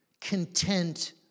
content